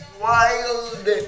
wild